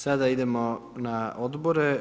Sada idemo na odbore.